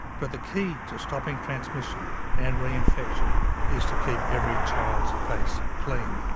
but the key to stopping transmission and reinfection is to keep every child's face clean.